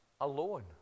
alone